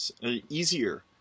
easier